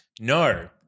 No